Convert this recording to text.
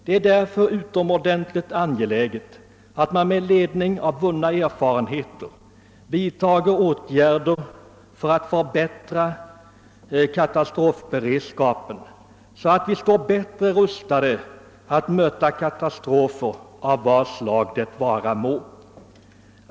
Det är därför utomordentligt angeläget att man med ledning av vunna erfarenheter vidtar åtgärder för att förbättra katastrofberedskapen, så att vi står bättre rustade att möta katastrofer av vilket slag det vara må.